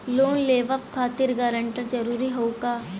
Loan लेवब खातिर guarantor जरूरी हाउ का?